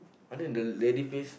other than the lady please